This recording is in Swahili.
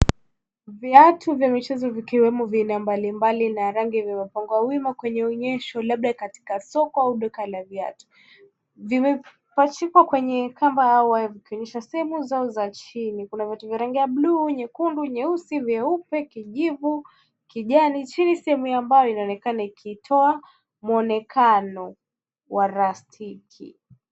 Viatu vya michezo vikiwemo vya aina mbalimbali na rangi vimepangwa wima kwenye onyesho labda katika soko au duka la viatu. Vimepachukwa kwenye kamba vikionyesha sehemu zao za chini. Kuna viatu vya rangi ya bluu, nyekundu, nyeusi, vyeupe, kijivu, kijani. Hii ni sehemu ambayo inaonekana ikitoa mwonekano wa rastiki.